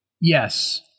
Yes